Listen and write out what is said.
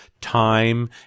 time